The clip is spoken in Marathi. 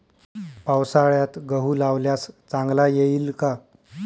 पावसाळ्यात गहू लावल्यास चांगला येईल का?